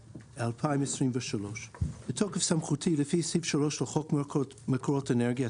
התשפ"ג-2023 בתוקף סמכותי לפי סעיף 3 לחוק מקורות אנרגיה,